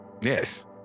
Yes